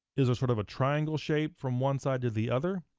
is there sort of a triangle shape from one side to the other?